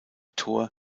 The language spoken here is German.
tor